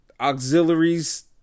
Auxiliaries